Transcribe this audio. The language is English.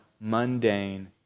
mundane